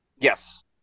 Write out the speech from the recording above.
Yes